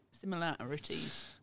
similarities